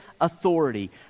authority